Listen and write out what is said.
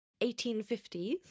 1850s